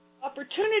opportunity